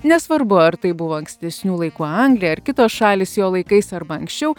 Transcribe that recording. nesvarbu ar tai buvo ankstesnių laikų anglija ar kitos šalys jo laikais arba anksčiau